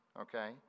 okay